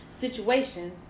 situations